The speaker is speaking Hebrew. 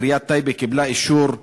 עיריית טייבה קיבלה אישור,